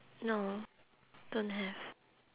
no don't have